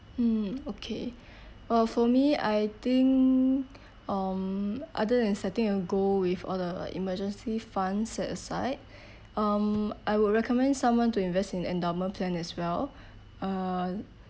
mm okay uh for me I think um other than setting a goal with all the emergency funds set aside um I would recommend someone to invest in endowment plan as well uh